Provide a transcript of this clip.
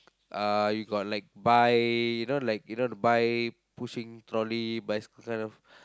uh you got like bi~ you know like the bi~ pushing trolley bicycle kind of